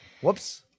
Whoops